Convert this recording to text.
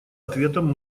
ответом